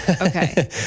Okay